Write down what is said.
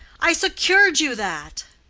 i secured you that.